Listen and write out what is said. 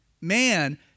man